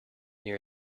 near